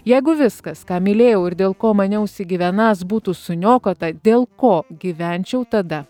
jeigu viskas ką mylėjau ir dėl ko maniausi gyvenąs būtų suniokota dėl ko gyvenčiau tada